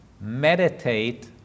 meditate